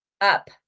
up